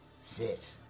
sit